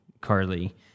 Carly